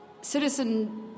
citizen